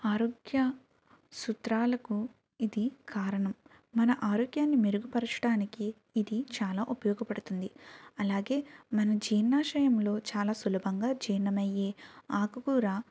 ఆరోగ్య సూత్రాలకు ఇది కారణం మన ఆరోగ్యాన్ని మెరుగుపరచడానికి ఇది చాలా ఉపయోగపడుతుంది అలాగే మన జీర్ణాశయంలో చాలా సులభంగా జీర్ణమయ్యే ఆకుకూర